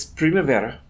primavera